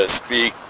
speak